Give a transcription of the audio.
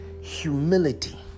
humility